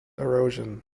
erosion